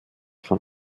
von